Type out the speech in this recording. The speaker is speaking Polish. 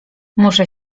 muszę